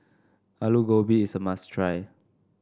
Alu Gobi is a must try